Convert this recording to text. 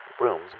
rooms